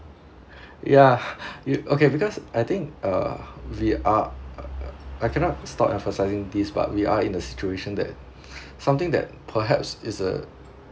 yeah y~ okay because I think uh we are a~ a~ I cannot stop emphasising this but we are in a situation that something that perhaps is a